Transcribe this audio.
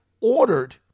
ordered